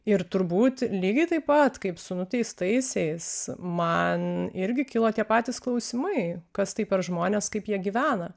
ir turbūt lygiai taip pat kaip su nuteistaisiais man irgi kilo tie patys klausimai kas tai per žmones kaip jie gyvena